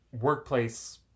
workplace